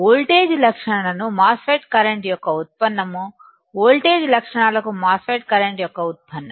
voltage లక్షణాలకు MOSFET current యొక్క ఉత్పన్నం వోల్టేజ్ లక్షణాలకు మాస్ ఫెట్ కరెంట్ యొక్క ఉత్పన్నం